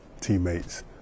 teammates